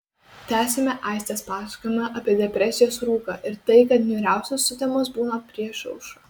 tęsiame aistės pasakojimą apie depresijos rūką ir tai kad niūriausios sutemos būna prieš aušrą